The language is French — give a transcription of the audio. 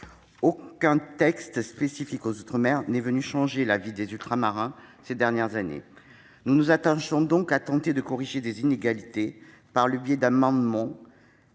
aucun texte spécifique aux outre-mer n'est venu changer la vie des Ultramarins ces dernières années. Nous nous attachons donc à résorber certaines inégalités par le biais d'amendements.